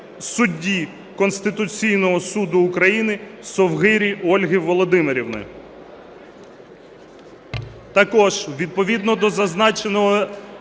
судді Конституційного Суду України Совгирі Ольги Володимирівни.